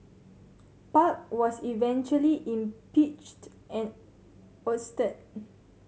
park was eventually impeached and ousted